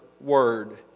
word